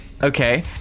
Okay